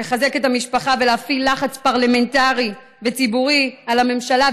לחזק את המשפחה ולהפעיל לחץ פרלמנטרי וציבורי על הממשלה,